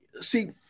See